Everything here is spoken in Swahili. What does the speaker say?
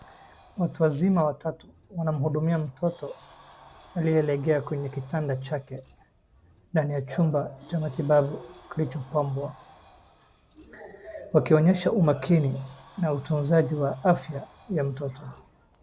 Watu wazima watatu wanamhudumia mtoto aliyelegea kwenye kitanda chake ndani ya chumba cha matibabu kilichopambwa wakionyesha umakini na utunzaji wa afya ya mtoto.